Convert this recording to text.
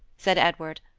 said edward,